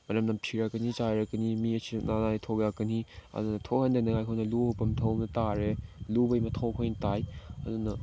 ꯃꯅꯝ ꯅꯝꯊꯤꯔꯛꯀꯅꯤ ꯆꯥꯏꯔꯛꯀꯅꯤ ꯃꯤ ꯑꯁꯤ ꯑꯅꯥ ꯊꯣꯂꯛꯀꯅꯤ ꯑꯗꯨꯅ ꯊꯣꯛꯍꯟꯗꯅꯤꯡꯉꯥꯏ ꯑꯩꯈꯣꯏꯅ ꯇꯥꯔꯦ ꯂꯨꯕꯩ ꯃꯊꯧ ꯑꯩꯈꯣꯏ ꯇꯥꯏ ꯑꯗꯨꯅ